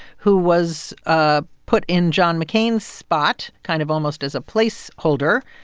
who was ah put in john mccain's spot kind of almost as a place holder,